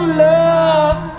love